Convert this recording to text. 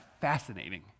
fascinating